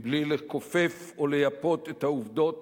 מבלי לכופף או לייפות את העובדות,